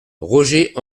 roger